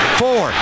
four